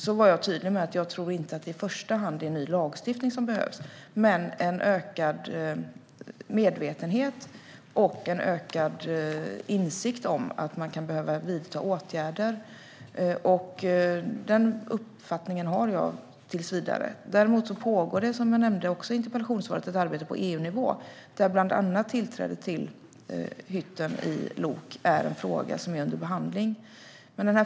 Där var jag tydlig med att jag inte tror att det i första hand är ny lagstiftning som behövs utan en ökad medvetenhet och en ökad insikt om att man kan behöva vidta åtgärder. Den uppfattningen har jag tills vidare. Däremot pågår det, som jag också nämnde i interpellationssvaret, ett arbete på EU-nivå där bland annat tillträdet till hytten i lok är en fråga som är under behandling.